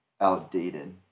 outdated